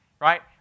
right